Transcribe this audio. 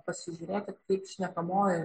pasižiūrėti kaip šnekamojoje